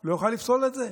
לא יוכל לפסול את זה,